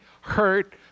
hurt